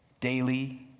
Daily